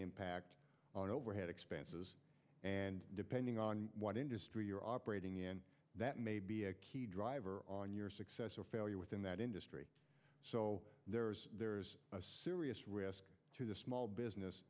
impact on overhead expenses and depending on what industry you're operating in that may be a key driver on your success or failure within that industry so there are serious risks to the small business